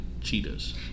Cheetahs